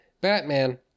Batman